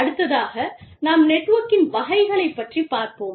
அடுத்ததாக நாம் நெட்வொர்க்கின் வகைகளைப் பற்றி பார்ப்போம்